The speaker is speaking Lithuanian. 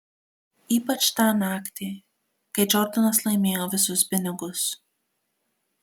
ypač tą naktį kai džordanas laimėjo visus pinigus